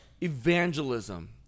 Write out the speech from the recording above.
evangelism